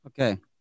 okay